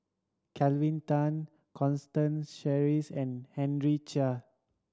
Kelvin Tan Constance Sheares and Henry Chia